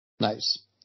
Nice